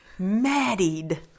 Maddied